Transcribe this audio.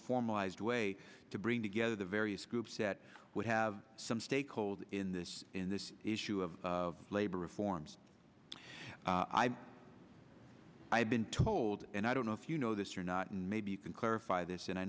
formalized way to bring together the various groups that would have some stakeholders in this in this issue of labor reforms i'm i have been told and i don't know if you know this or not and maybe you can clarify this and i